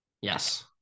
yes